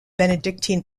benedictine